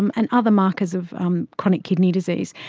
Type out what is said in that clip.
um and other markers of um chronic kidney disease.